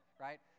right